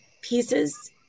pieces